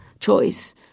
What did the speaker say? choice